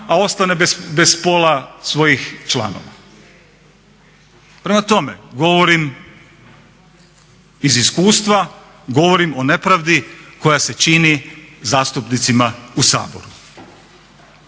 a ostane bez pola svojih članova? Prema tome, govorim iz iskustva, govorim o nepravdi koja se čini zastupnicima u Saboru.